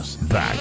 Back